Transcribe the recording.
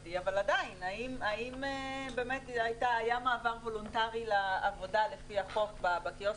המשפטי היה מעבר וולונטרי לעבודה לפי החוק בקיוסקים?